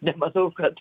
nemanau kad